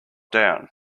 down